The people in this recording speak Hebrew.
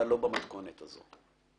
אבל, לא במתכונת זו.